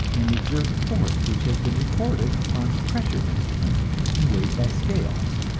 and exert force which has been recorded upon pressure instruments and weighed by scales.